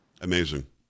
Amazing